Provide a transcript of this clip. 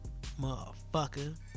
Motherfucker